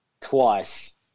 twice